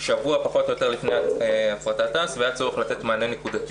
כשבוע לפני הפרטת תע"ש והיה צורך לתת מענה נקודתי.